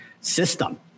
system